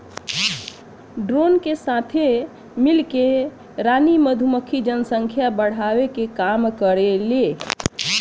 drone के साथे मिल के रानी मधुमक्खी जनसंख्या बढ़ावे के काम करेले